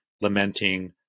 lamenting